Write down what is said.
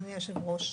אדוניה היושב-ראש,